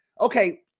Okay